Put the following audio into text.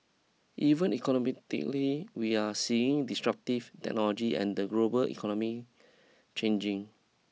even economically we are seeing destructive technology and the global economy changing